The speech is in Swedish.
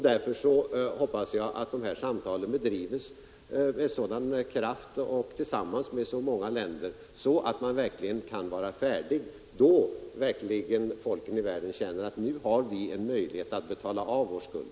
Därför hoppas jag att de här samtalen bedrivs med insatser till Indokinas folk sådan kraft och tillsammans med så många länder att man verkligen kan vara färdig då folken i världen känner att de verkligen har en möjlighet att betala av sin skuld.